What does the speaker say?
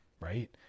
right